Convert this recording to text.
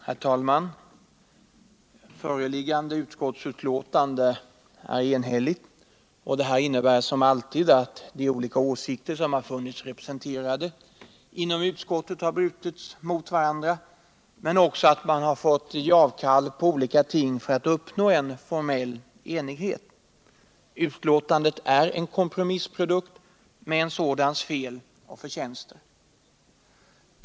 Herr talman! Föreliggande utskottsbetänkande är enhälligt. och det innebär som alltid avt de olika åsikter som funnits representerade inom utskottet har brutits mot varandra, men också att man har fått ge avkall på olika ting för att uppnå en formell enighet. Betänkandet är en kompromissprodukt med en sådans fel och förtjänster.